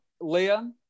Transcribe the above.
Leah